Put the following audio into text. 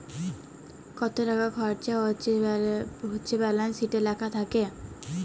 কত টাকা খরচা হচ্যে ব্যালান্স শিটে লেখা থাক্যে